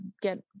get